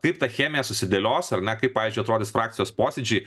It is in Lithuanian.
kaip ta chemija susidėlios ar ne kaip pavyzdžiui atrodys frakcijos posėdžiai